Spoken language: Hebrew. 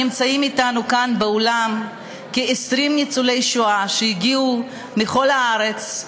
נמצאים אתנו כאן באולם כ-20 ניצולי שואה שהגיעו מכל הארץ,